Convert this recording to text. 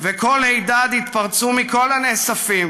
וקול הידד התפרצו מכל הנאספים